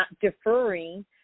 deferring